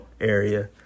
area